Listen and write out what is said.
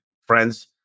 friends